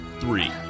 three